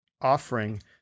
offering